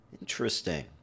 Interesting